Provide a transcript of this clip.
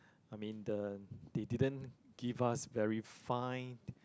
I mean the they didn't give us very fine